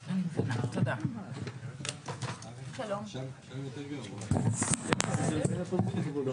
12:52.